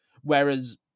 Whereas